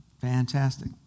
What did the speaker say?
fantastic